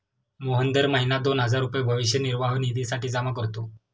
मोहन दर महीना दोन हजार रुपये भविष्य निर्वाह निधीसाठी जमा करतो